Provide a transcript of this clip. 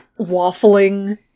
waffling